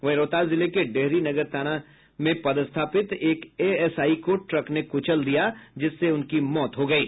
वहीं रोहतास जिले के डेहरी नगर थाना में पदस्थापित एक एएसआई को ट्रक ने कुचल दिया जिससे उनकी मौत हो गयी